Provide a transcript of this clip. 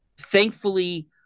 thankfully